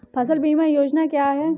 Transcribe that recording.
फसल बीमा योजना क्या है?